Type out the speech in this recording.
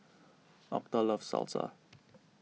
Octa loves Salsa